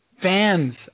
fans